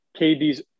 KD's